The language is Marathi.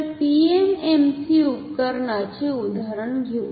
तर पीएमएमसी उपकरणाचे उदाहरण घेऊ